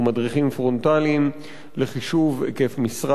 או מדריכים פרונטליים לחישוב היקף משרה